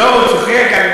לא, הוא צוחק.